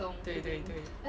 对对对